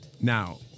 Now